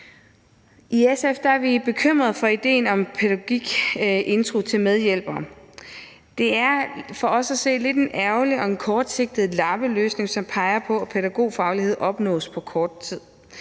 I SF er vi bekymrede for idéen om pædagogikintro til medhjælpere. Det er for os at se en lidt ærgerlig og kortsigtet lappeløsning, som peger på, at pædagogfaglighed opnås på kort tid.